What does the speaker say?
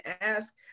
ask